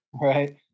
Right